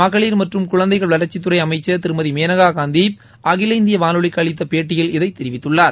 மகளிர் மற்றும் குழந்தைகள் வளர்ச்சித்துறை அமைச்சர் திருமதி மேனகா காந்தி அகில இந்திய வானொலிக்கு அளித்த பேட்டியில் இதை தெரிவித்துள்ளார்